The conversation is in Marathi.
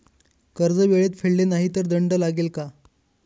कर्ज वेळेत फेडले नाही तर दंड लागेल का?